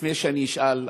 לפני שאני אשאל,